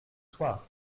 soirs